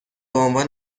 عنوان